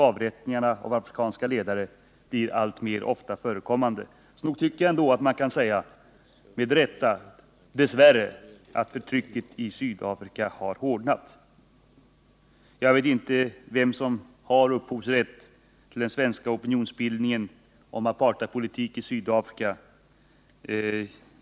Avrättningarna av afrikanska ledare blir allt oftare förekommande. Nog tycker jag ändå att man kan säga med rätta, dess värre, att förtrycket i Sydafrika har hårdnat. Jag vet inte vem som har upphovsrätten till den svenska opinionsbildningen mot apartheidpolitiken i Sydafrika.